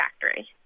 factory